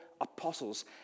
apostles